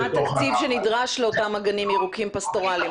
מה התקציב שנדרש לאותם אגנים ירוקים פסטורליים?